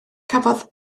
cafodd